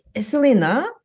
Selena